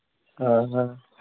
ᱦᱮᱸ ᱦᱮᱸ